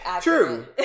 True